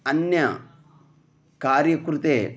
अन्यकार्यकृते